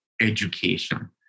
education